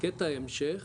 קטע ההמשך